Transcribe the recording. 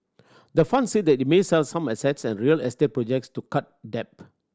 the fund said it may sell some assets and real estate projects to cut debt